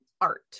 Art